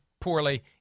poorly